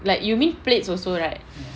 like you need plates also right